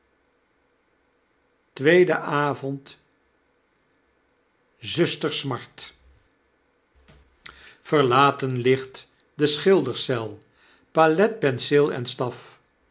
avond zustersmart verlaten ligt de schildercel pal'et penseel en staf